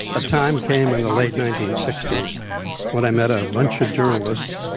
a time came in the late nineteen sixty s when i met a bunch of journalists.